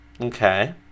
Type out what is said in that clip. Okay